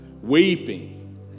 weeping